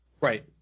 Right